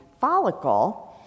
follicle